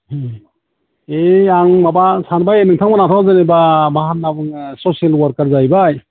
ए आं माबा सानबाय नोंथांमोनाथ' जेनेबा मा होनना बुङो ससियेल वर्कार जाहैबाय